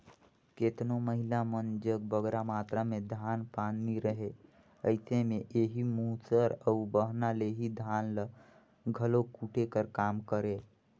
केतनो महिला मन जग बगरा मातरा में धान पान नी रहें अइसे में एही मूसर अउ बहना ले ही धान ल घलो कूटे कर काम करें